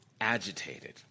agitated